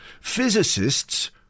physicists